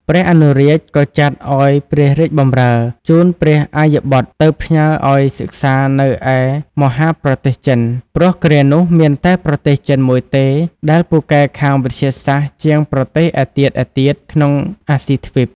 ព្រះអនុរាជ ក៏ចាត់ឲ្យព្រះរាជបម្រើជូនព្រះអយ្យបុត្រទៅផ្ញើឲ្យសិក្សានៅឯមហាប្រទេសចិន ព្រោះគ្រានោះមានតែប្រទេសចិនមួយទេ ដែលពូកែខាងវិទ្យាសាស្ត្រជាងប្រទេសឯទៀតៗ ក្នុងអាស៊ីទ្វីប ។